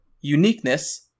uniqueness